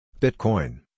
Bitcoin